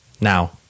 Now